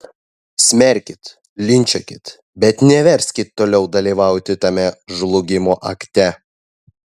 smerkit linčiuokit bet neverskit toliau dalyvauti tame žlugimo akte